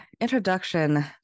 introduction